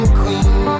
queen